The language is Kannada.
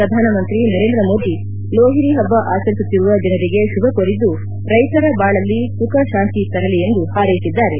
ಪ್ರಧಾನಮಂತ್ರಿ ನರೇಂದ್ರ ಮೋದಿ ಲೋಹಿರಿ ಹಬ್ಬ ಆಚರಿಸುತ್ತಿರುವ ಜನರಿಗೆ ಶುಭ ಕೋರಿದ್ದು ರೈತರ ಬಾಳಲ್ಲಿ ಸುಖ ಶಾಂತಿ ತರಲಿ ಎಂದು ಹಾರ್ವೆಸಿದ್ದಾರೆ